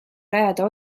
rajada